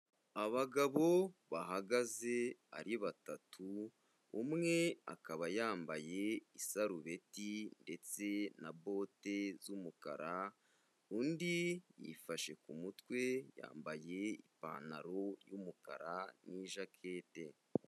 Abagabo bahagaze ari batatu, umwe akaba yambaye isarubeti ndetse na bote z'umukara, undi yifashe ku mutwe yambaye ipantaro y'umukara n'ijakete.